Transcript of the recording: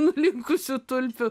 nulinkusių tulpių